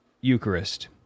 Eucharist